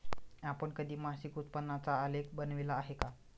आपण कधी मासिक उत्पन्नाचा आलेख बनविला आहे का?